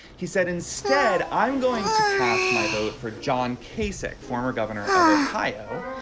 he said instead i'm going to cast my vote for john casey. former governor of ohio.